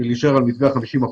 להישאר על מתווה 50%,